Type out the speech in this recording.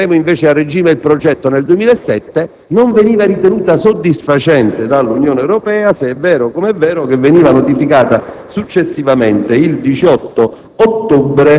«metteremo invece a regime il progetto nel 2007» non venivano ritenute soddisfacenti dall'Unione Europea, se è vero com'è vero che veniva notificato, il successivo 18